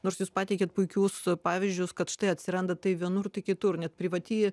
nors jūs pateikėt puikius pavyzdžius kad štai atsiranda tai vienur tai kitur net privati